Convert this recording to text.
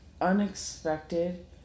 unexpected